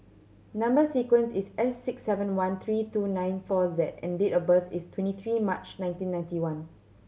number sequence is S six seven one three two nine four Z and date of birth is twenty three March nineteen ninety one